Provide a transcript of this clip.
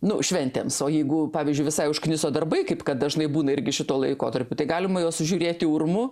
nu šventėms o jeigu pavyzdžiui visai užkniso darbai kaip kad dažnai būna irgi šituo laikotarpiu tai galima juos sužiūrėti urmu